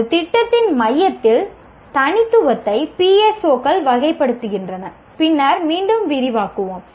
ஒரு திட்டத்தின் மையத்தின் தனித்துவத்தை PSO கள் வகைப்படுத்துகின்றன பின்னர் மீண்டும் விரிவாக்குவோம்